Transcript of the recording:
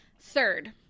Third